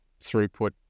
throughput